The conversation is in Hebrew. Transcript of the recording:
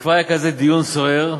וכבר היה כזה דיון סוער,